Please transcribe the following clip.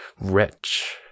Wretch